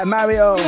Mario